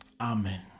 Amen